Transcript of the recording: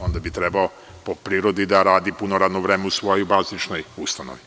Onda bi trebalo po prirodi da radi puno radno vreme u svojoj bazičnoj ustanovi.